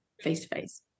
face-to-face